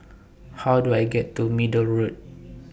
How Do I get to Middle Road